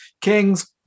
Kings